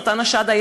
סרטן השד,